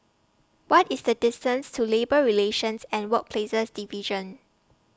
What IS The distance to Labour Relations and Workplaces Division